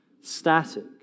static